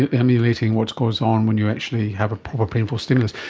ameliorating what goes on when you actually have a proper painful stimulus.